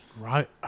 right